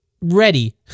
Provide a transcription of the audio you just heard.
ready